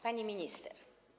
Pani Minister!